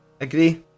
Agree